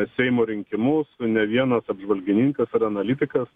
seimo rinkimus ne vienas apžvalgininkas ir analitikas